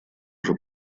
уже